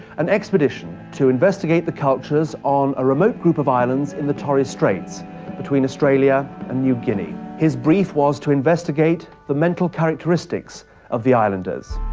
an expedition to investigate the cultures on a remote group of islands in the torres straits between australia and new guinea. his brief was to investigate the mental characteristics of the islanders.